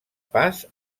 pas